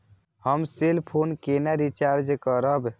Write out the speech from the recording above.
हम cell phone केना recharge करब?